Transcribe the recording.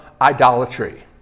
idolatry